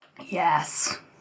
Yes